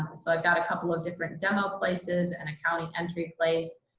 so i've got a couple of different demo places and accounting entry place.